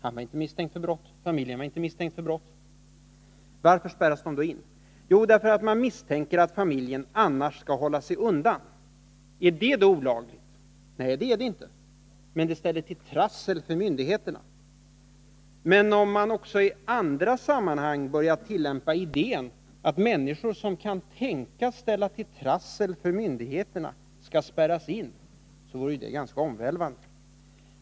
Han var inte miss änkt för brott. Varför spärrades de änkt för brott. Familjen var inte människor då in? Jo, därför att man misstänkte att familjen annars skulle hålla sig undan. Är detta olagligt? Nej. men det stä ller till trassel för myndigheterna. Om man också i andra sammanhang börjar tillämpa regeln. att människor som kan tänkas ställa till trassel för myndigheterna skall spärras in. så blir ju det ganska omvälvande.